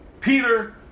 Peter